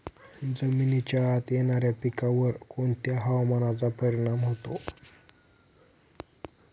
जमिनीच्या आत येणाऱ्या पिकांवर कोणत्या हवामानाचा परिणाम होतो?